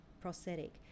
prosthetic